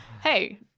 Hey